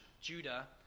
Judah